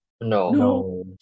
no